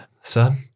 son